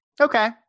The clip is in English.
Okay